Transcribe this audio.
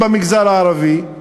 במגזר הערבי.